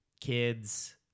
kids